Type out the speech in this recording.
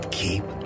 keep